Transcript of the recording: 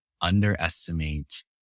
underestimate